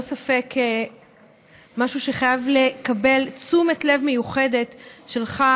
ספק משהו שחייב לקבל תשומת לב מיוחדת שלך,